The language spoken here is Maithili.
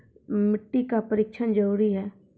मिट्टी का परिक्षण जरुरी है?